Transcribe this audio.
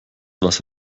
was